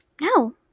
No